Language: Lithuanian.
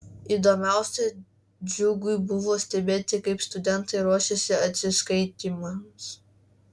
įdomiausia džiugui buvo stebėti kaip studentai ruošiasi atsiskaitymams